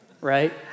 right